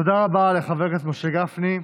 תודה רבה לחבר הכנסת משה גפני.